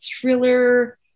thriller